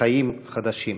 וחיים חדשים.